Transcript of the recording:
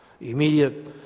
immediate